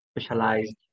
specialized